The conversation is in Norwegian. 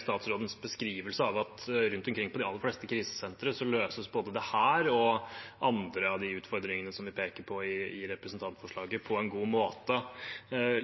statsrådens beskrivelse av at rundt omkring på de aller fleste krisesentre løses både dette og andre av de utfordringene vi peker på i representantforslaget, på en god måte.